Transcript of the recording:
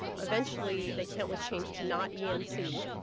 eventually the account was changed to not yeah emc.